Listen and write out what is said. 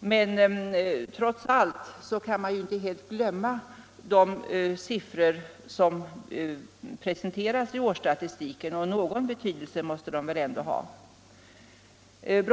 Men trots allt kan man inte helt glömma de siffror som presenteras i årsstatistiken; någon betydelse måste de väl ändå ha.